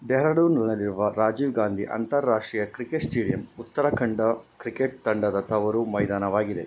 ಡೆಹ್ರಾಡೂನ್ನಲ್ಲಿರುವ ರಾಜೀವ್ ಗಾಂಧಿ ಅಂತರಾಷ್ಟ್ರೀಯ cricket stadium Uttarakhand cricket ತಂಡದ ತವರು ಮೈದಾನವಾಗಿದೆ